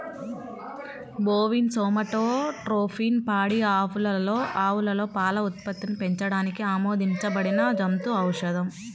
bovine somatotropin పాడి ఆవులలో పాల ఉత్పత్తిని పెంచడానికి ఆమోదించబడిన జంతు ఔషధం